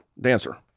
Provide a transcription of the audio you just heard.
dancer